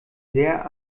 sehr